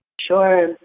Sure